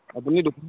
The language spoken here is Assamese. আপুনি দুখন